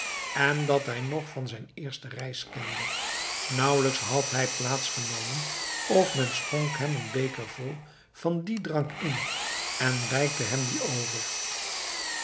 en dat hij nog van zijn eerste reis kende nauwelijks had hij plaats genomen of men schonk hem een beker vol van dien drank in en reikte hem dien over